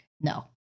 No